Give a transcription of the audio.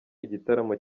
igitaramo